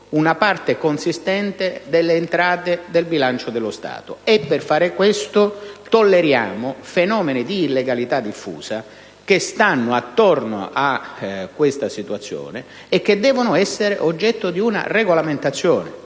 una parte consistente delle entrate del bilancio dello Stato, e per fare questo tolleriamo fenomeni di illegalità diffusa che stanno attorno a questa situazione e che devono essere oggetto di una regolamentazione.